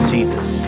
Jesus